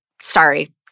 sorry